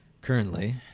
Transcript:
Currently